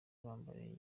bambaye